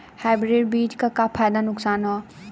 Hybrid बीज क का फायदा नुकसान ह?